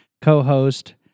co-host